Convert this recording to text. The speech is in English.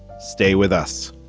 stay with us